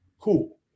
cool